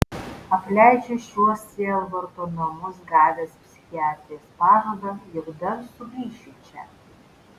apleidžiu šiuos sielvarto namus gavęs psichiatrės pažadą jog dar sugrįšiu čia